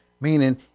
meaning